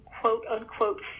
quote-unquote